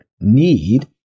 need